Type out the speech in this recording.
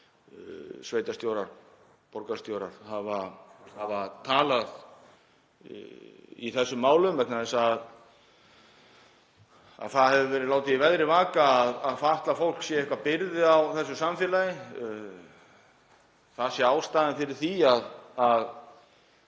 sveitarstjórar, borgarstjórar, hafa talað í þessum málum vegna þess að það hefur verið látið í veðri vaka að fatlað fólk sé einhver byrði á þessu samfélagi, það sé ástæðan fyrir því að